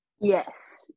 yes